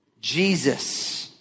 Jesus